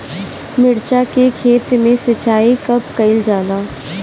मिर्चा के खेत में सिचाई कब कइल जाला?